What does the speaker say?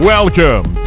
Welcome